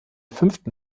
fünften